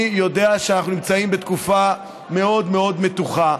אני יודע שאנחנו נמצאים בתקופה מאוד מאוד מתוחה.